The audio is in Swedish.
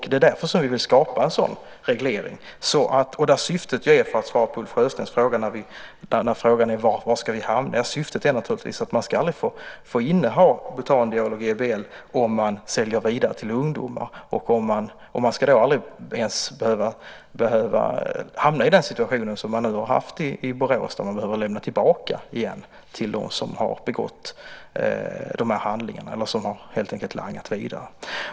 Det är därför som vi vill skapa en sådan reglering där syftet naturligtvis är, för att svara på Ulf Sjöstens fråga, att man aldrig ska få inneha butandiol och GBL om man säljer det vidare till ungdomar. Man ska aldrig ens behöva hamna i den situation som man haft i Borås, där man nu har lämnat tillbaka preparaten till dem som har langat dem vidare.